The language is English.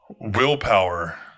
Willpower